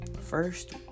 first